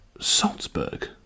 Salzburg